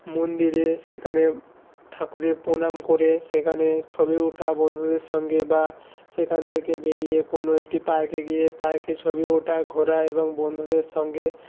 মন্দিরে সেখানে ঠাকুরে প্রণাম করে সেখানে ছবি উঠা বন্ধুদের সঙ্গে বা সেখান থেকে বেরিয়ে কোনো একটি পার্কে গিয়ে পার্কে ছবি ওঠা ঘোরা এবং বন্ধুদের সঙ্গে